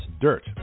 dirt